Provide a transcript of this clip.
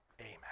Amen